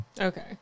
Okay